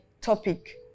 topic